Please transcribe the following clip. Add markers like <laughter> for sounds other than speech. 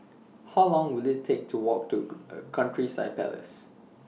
How Long Will IT Take to Walk to <noise> Countryside Palace